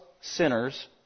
sinners